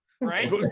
right